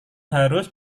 harus